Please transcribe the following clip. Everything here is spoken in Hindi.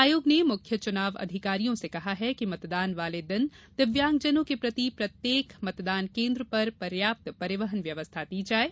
आयोग ने मुख्य चुनाव अधिकारियों से कहा है कि मतदान वाले दिन दिव्यांग जनों के लिए प्रत्येक मतदान केन्द्र पर पर्याप्त परिवहन व्यवस्था दी जाये